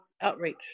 outreach